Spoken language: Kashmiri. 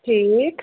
ٹھیٖک